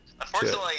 Unfortunately